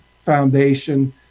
foundation